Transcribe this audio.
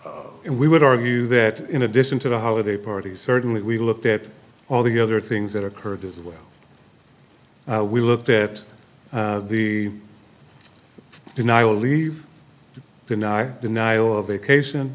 and we would argue that in addition to the holiday party certainly we looked at all the other things that occurred as well we looked at the denial leave pienaar denial of vacation